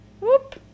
Whoop